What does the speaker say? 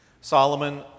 Solomon